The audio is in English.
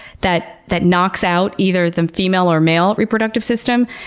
that that knocks out either the female or male reproductive system,